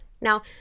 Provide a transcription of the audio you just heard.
Now